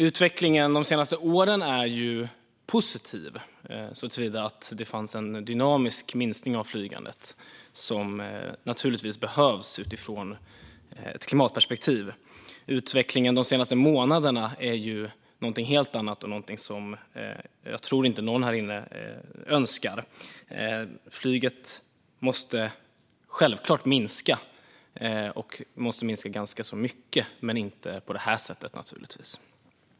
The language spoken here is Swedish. Utvecklingen de senaste åren har varit positiv såtillvida att det har varit en dynamisk minskning av flygandet, som naturligtvis behövs utifrån ett klimatperspektiv. Utvecklingen de senaste månaderna är ju någonting helt annat och något som jag inte tror att någon härinne önskar. Flyget måste självklart minska, och ganska mycket, men naturligtvis inte på det här sättet.